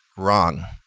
wrong.